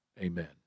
Amen